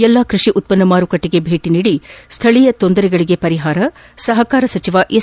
ಎಲ್ಲ ಕೃಷಿ ಉತ್ಪನ್ನ ಮಾರುಕಟ್ಟಿಗೆ ಭೇಟಿ ನೀಡಿ ಸ್ಥಳೀಯ ತೊಂದರೆಗಳಿಗೆ ಪರಿಹಾರ ಸಹಕಾರ ಸಚಿವ ಎಸ್